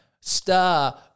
Star